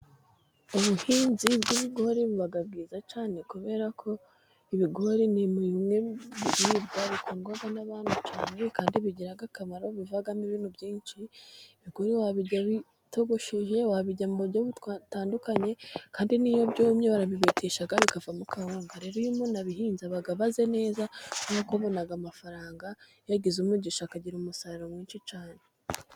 Ubuhinzi bw'ibigori buba bwiza cyane kubera ko ibigori ni bimwe mu biribwa bikundwa n'abantu cyane kandi bigira akamaro. Bivamo ibintu byinshi. Ibigori wabirya bitogosheje, wabirya mu buryo butandukanye. Kandi n'iyo byumye barabibetesha kandi bikavamo akawunga. Rero iyo umuntu abihinze, aba ameze neza kuko abona amafaranga, iyo yagize umugisha akagira umusaruro mwinshi cyane.